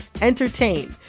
entertain